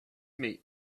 meet